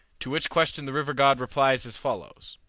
to which question the river-god replied as follows